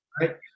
right